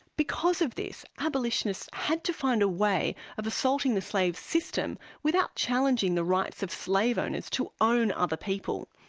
because of this abolitionists had to find a way of assaulting the slave system without challenging the rights of slave owners to own other people.